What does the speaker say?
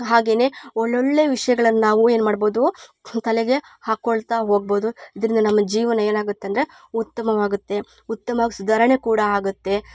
ಹಾಗೇ ಒಳ್ಳೊಳ್ಳೇ ವಿಷಯಗಳನ್ನ ನಾವು ಏನು ಮಾಡ್ಬೌದು ತಲೆಗೆ ಹಾಕೊಳ್ತ ಹೋಗ್ಬೌದು ಇದ್ರಿಂದ ನಮ್ಮ ಜೀವನ ಏನಾಗುತಂದರೆ ಉತ್ತಮವಾಗುತ್ತೆ ಉತ್ತಮ ಸುಧಾರಣೆ ಕೂಡ ಆಗುತ್ತೆ